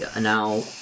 now